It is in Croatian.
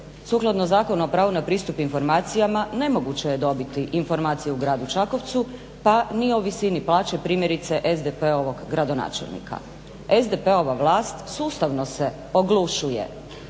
sukladno Zakonu o pravu na pristup informacijama nemoguće je dobiti informacije u gradu Čakovcu pa ni o visini plaće primjerice SDP-ovog gradonačelnika. SDP-ova vlast sustavno se oglušuje